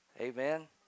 Amen